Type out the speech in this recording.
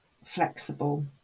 flexible